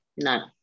No